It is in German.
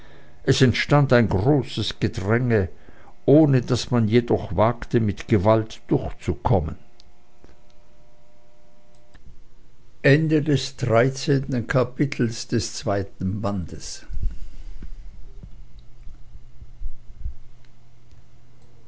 es entstand ein großes gedränge ohne daß man jedoch wagte mit gewalt durchzukommen